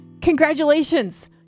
congratulations